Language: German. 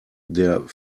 der